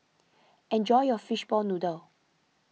enjoy your Fishball Noodle